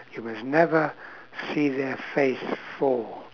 you must never see their face fall